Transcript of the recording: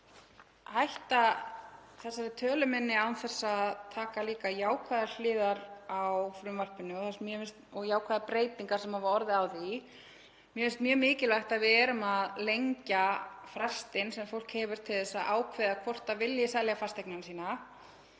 hætta þessari tölu minni án þess að taka líka jákvæðar hliðar á frumvarpinu fyrir og jákvæðar breytingar sem hafa orðið á því. Mér finnst mjög mikilvægt að við erum að lengja frestinn sem fólk hefur til að ákveða hvort það vilji selja fasteignina sína